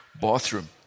bathroom